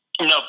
no